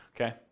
Okay